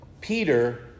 Peter